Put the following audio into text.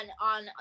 on